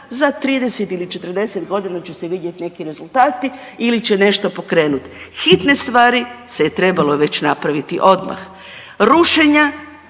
za 30 ili 40.g. će se vidjet neki rezultati ili će nešto pokrenut, hitne stvari se je trebalo već napraviti odmah, rušenja,